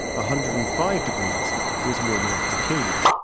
ah hundred and five degrees was warm enough to kill you,